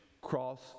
cross